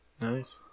Nice